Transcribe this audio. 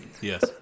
yes